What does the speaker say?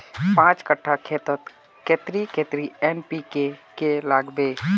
पाँच कट्ठा खेतोत कतेरी कतेरी एन.पी.के के लागबे?